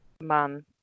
man